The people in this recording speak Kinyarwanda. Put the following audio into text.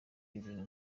ibintu